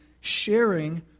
sharing